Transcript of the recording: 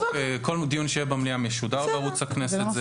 כל דיון שיהיה במליאה משודר בערוץ הכנסת.